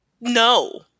no